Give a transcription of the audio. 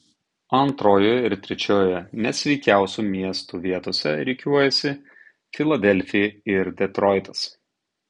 antrojoje ir trečiojoje nesveikiausių miestų vietose rikiuojasi filadelfija ir detroitas